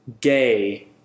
gay